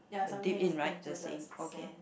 dip in right the same okay